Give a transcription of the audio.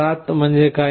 7 म्हणजे काय